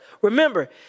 Remember